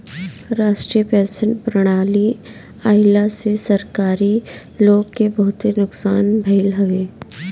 राष्ट्रीय पेंशन प्रणाली आईला से सरकारी लोग के बहुते नुकसान भईल हवे